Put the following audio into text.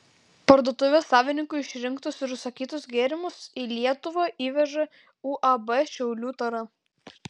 parduotuvės savininkų išrinktus ir užsakytus gėrimus į lietuvą įveža uab šiaulių tara